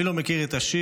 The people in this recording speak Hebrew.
מי לא מכיר את השיר,